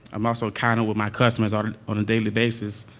i'm also kind of with my customers on on a daily basis,